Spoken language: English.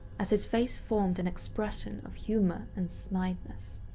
as his face formed an expression of humor and snideness.